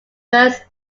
first